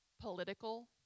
political